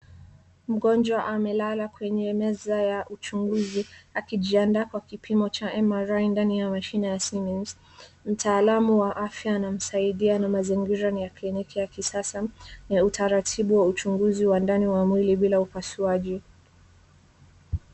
Mgonjwa amelala kwenye meza ya uchunguzi akijiandaa kwa kipimo cha MRI ndani ya mashine ya siemens . Mtaalamu wa afya anamsaidia na mazingira ni ya kliniki ya kisasa, na ya utaratibu wa uchunguzi wa ndani wa mwili bila upasuaji.